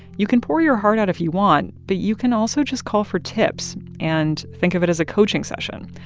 you can pour your heart out if you want, but you can also just call for tips and think of it as a coaching session.